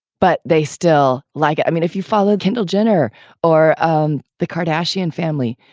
but they still like it. i mean, if you follow kendall jenner or um the cardassian family,